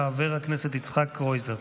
חבר הכנסת יצחק קרויזר.